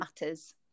matters